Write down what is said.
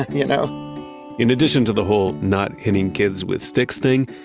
you know in addition to the whole not hitting kids with sticks thing,